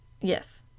Yes